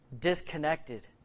disconnected